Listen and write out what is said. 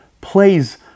plays